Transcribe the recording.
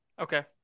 Okay